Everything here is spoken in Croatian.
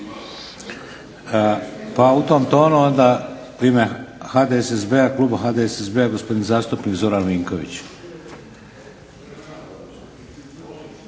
Pa u tom tonu onda u ime kluba HDSSB-a gospodin zastupnik Zoran Vinković.